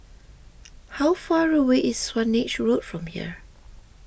how far away is Swanage Road from here